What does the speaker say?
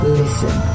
listen